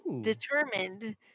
determined